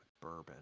bourbon